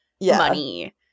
money